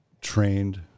trained